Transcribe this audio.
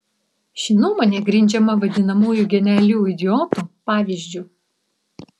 ši nuomonė grindžiama vadinamųjų genialių idiotų pavyzdžiu